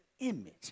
image